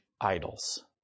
idols